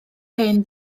hen